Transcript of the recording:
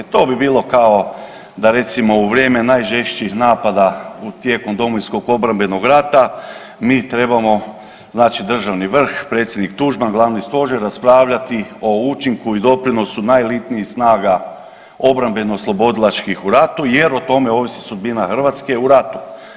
To bi bilo kao da recimo u vrijeme najžešćih napada tijekom Domovinskog obrambenog rata, mi trebamo, znači državni vrh, predsjednik Tuđman, glavni stožer raspravljati o učinku i doprinosu najelitnijih snaga obrambeno oslobodilačkih u ratu, jer o tome ovisi sudbina Hrvatske u ratu.